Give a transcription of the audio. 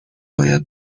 باید